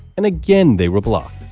and again they were blocked.